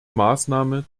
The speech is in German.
maßnahme